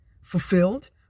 fulfilled